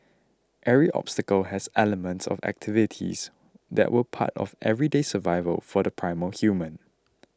each obstacle has elements of activities that were part of everyday survival for the primal human